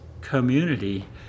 community